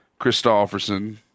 Christofferson